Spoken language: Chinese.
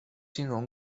金融